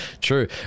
true